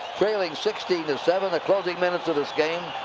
trailing sixteen and seven. the closing minutes of this game.